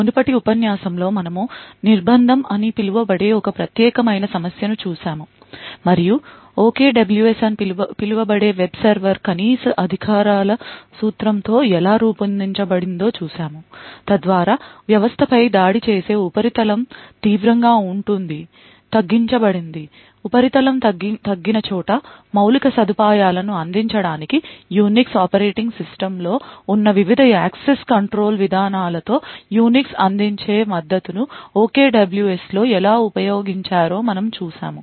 మునుపటి ఉపన్యాసంలో మనము నిర్బంధం అని పిలువబడే ఒక ప్రత్యేకమైన సమస్యను చూశాము మరియు OKWS అని పిలువబడే వెబ్ సర్వర్ కనీస అధికారాల సూత్రంతో ఎలా రూపొందించబడిందో చూశాము తద్వారా వ్యవస్థపై దాడి చేసే ఉపరితలం తీవ్రంగా ఉంటుంది తగ్గించబడింది ఉపరితలం తగ్గిన చోట మౌలిక సదుపాయాలను అందించడానికి యునిక్స్ ఆపరేటింగ్ సిస్టమ్లో ఉన్న వివిధ యాక్సెస్ కంట్రోల్ విధానాలతో యునిక్స్ అందించే మద్దతును OKWS లో ఎలా ఉపయోగించారో మనము చూశాము